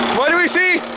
what do we see?